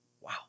Wow